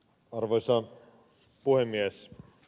arvoisa puhemies